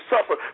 suffer